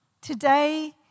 Today